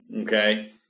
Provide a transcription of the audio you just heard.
Okay